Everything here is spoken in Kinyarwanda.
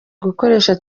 gukoresha